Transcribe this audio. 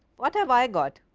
what have i got?